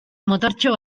motortxo